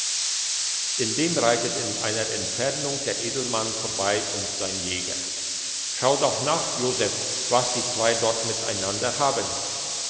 indem reitet in einer entfernung der edelmann vorbei und sein jäger schau doch nach joseph was die zwei dort miteinander haben